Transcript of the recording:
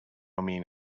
meaning